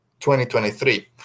2023